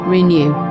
Renew